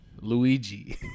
Luigi